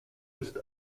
ist